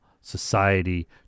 society